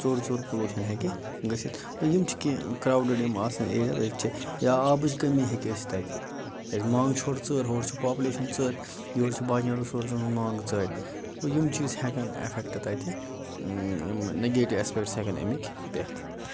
ژوٚر ژوٚر پولوٗشن ہیٚکہِ گٔژھِتھ گوٚو یِم چھِ کیٚنٛہہ کراوڈِڈ یِم آسان ایٚریا ییٚتہِ أسۍ چھِ یا آبٕچ کٔمی ہیٚکہِ ٲسِتھ تَتہِ کیٛازِ منٛگ چھِ ہۄرٕ ژٔر ہۄرٕ چھِ پاپلیشن ژٔر یۄرٕ چھِ باقِین رِسورسن ہٕنٛز مانٛگ ژٔر گوٚو یِم چیٖز ہٮ۪کن اٮ۪فیکٹ تَتہِ یِم نَگیٹیو اسپٮ۪کٹٕس ہیٚکن اَمِکۍ پٮ۪تھ